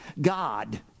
God